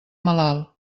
malalt